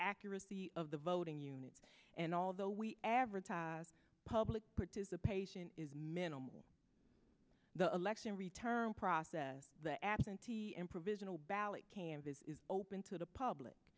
accuracy of the voting unit and although we advertise public participation is minimal the election return process the absentee and provisional ballot camp is open to the public